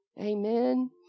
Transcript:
Amen